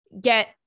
get